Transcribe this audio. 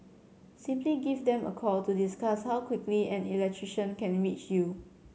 simply give them a call to discuss how quickly an electrician can reach you